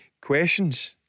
questions